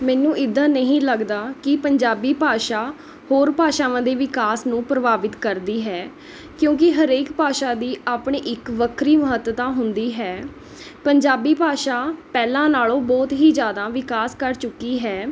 ਮੈਨੂੰ ਇੱਦਾਂ ਨਹੀਂ ਲੱਗਦਾ ਕਿ ਪੰਜਾਬੀ ਭਾਸ਼ਾ ਹੋਰ ਭਾਸ਼ਾਵਾਂ ਦੇ ਵਿਕਾਸ ਨੂੰ ਪ੍ਰਭਾਵਿਤ ਕਰਦੀ ਹੈ ਕਿਉਂਕਿ ਹਰੇਕ ਭਾਸ਼ਾ ਦੀ ਆਪਣੀ ਇੱਕ ਵੱਖਰੀ ਮਹੱਤਤਾ ਹੁੰਦੀ ਹੈ ਪੰਜਾਬੀ ਭਾਸ਼ਾ ਪਹਿਲਾਂ ਨਾਲੋਂ ਬਹੁਤ ਹੀ ਜ਼ਿਆਦਾ ਵਿਕਾਸ ਕਰ ਚੁੱਕੀ ਹੈ